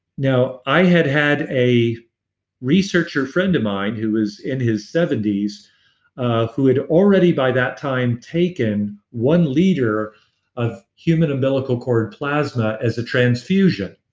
now, i had had a researcher friend of mine who was in his seventy s ah who had already by that time taken one liter of human umbilical cord plasma as a transfusion.